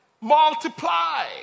multiply